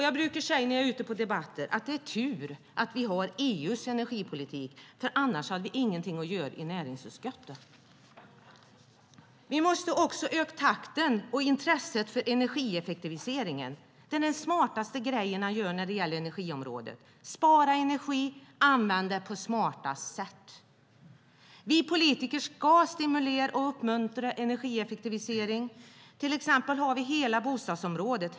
Jag brukar säga när jag är ute på debatter att det är tur att vi har EU:s energipolitik, annars hade vi ingenting att göra i näringsutskottet. Vi måste också öka takten och intresset för energieffektiviseringen. Det är den smartaste grejen att göra när det gäller energiområdet. Det handlar om att spara energi och använda den på smartaste sätt. Vi politiker ska stimulera och uppmuntra energieffektivisering. Vi har till exempel hela bostadsområdet.